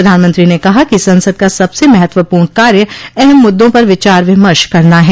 प्रधानमंत्री ने कहा कि संसद का सबसे महत्वपूर्ण कार्य अहम मुद्दों पर विचार विमर्श करना है